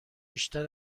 بیشتر